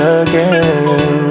again